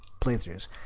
playthroughs